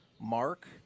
Mark